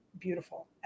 beautiful